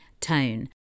tone